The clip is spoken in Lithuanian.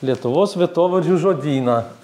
lietuvos vietovardžių žodyną